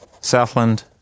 Southland